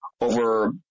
over